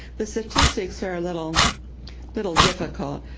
the statistics are a little little difficult,